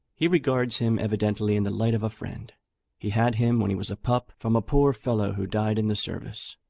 he regards him evidently in the light of a friend he had him when he was a pup from a poor fellow who died in the service,